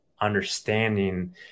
understanding